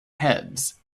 heads